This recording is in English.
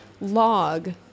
log